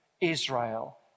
Israel